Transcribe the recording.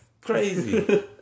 Crazy